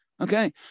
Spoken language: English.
okay